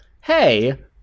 Hey